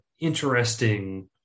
interesting